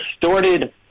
distorted